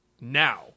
now